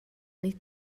wnei